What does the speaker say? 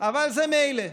אבל זה מילא.